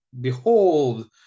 behold